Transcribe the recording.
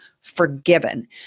forgiven